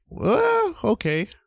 okay